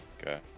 Okay